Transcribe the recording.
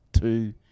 two